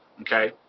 Okay